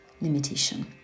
limitation